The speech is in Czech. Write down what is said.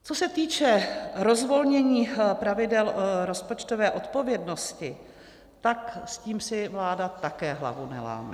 Co se týče rozvolnění pravidel rozpočtové odpovědnosti, tak s tím si vláda také hlavu neláme.